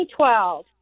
2012